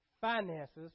finances